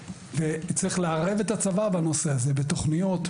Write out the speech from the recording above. צריך לערב את הצבא בנושא הזה: בתכניות,